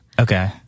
Okay